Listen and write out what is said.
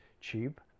cheap